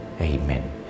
Amen